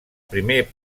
primer